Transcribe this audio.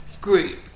group